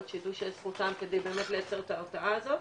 שיידעו שזכותם כדי לייצר את ההרתעה הזאת,